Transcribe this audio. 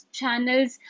channels